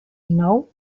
dinou